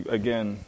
again